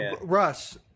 Russ